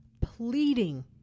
pleading